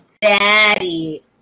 daddy